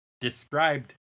described